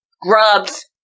grubs